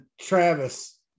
Travis